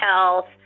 health